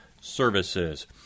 services